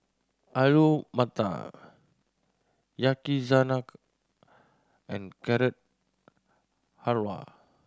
Alu Matar Yakizakana and Carrot Halwa